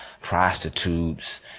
prostitutes